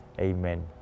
Amen